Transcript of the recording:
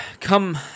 come